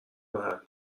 محل